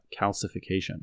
calcification